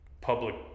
public